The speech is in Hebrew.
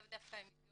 לאו דווקא עם אתיופים.